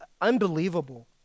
unbelievable